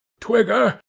twigger,